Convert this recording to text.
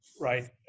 right